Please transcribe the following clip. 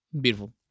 beautiful